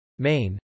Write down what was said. Maine